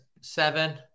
seven